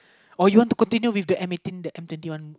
or you want to continue with the the M eighteen the M twenty one